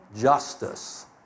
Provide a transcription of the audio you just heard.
justice